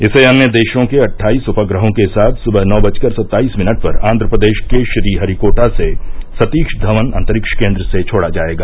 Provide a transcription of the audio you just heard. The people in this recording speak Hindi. इसे अन्य देशों के अट्ठाईस उपग्रहों के साथ सुबह नौ बजकर सत्ताईस मिनट पर आंध्रप्रदेश के श्रीहरिकोटा से सतीश धवन अंतरिक्ष केन्द्र से छोड़ा जाएगा